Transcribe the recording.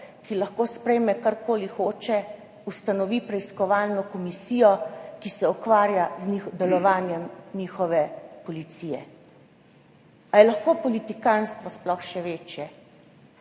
ki lahko sprejme karkoli hoče, ustanovi preiskovalno komisijo, ki se ukvarja z delovanjem njihove policije? Ali je lahko politikantstvo sploh še večje?